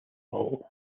hull